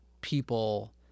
people